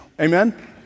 Amen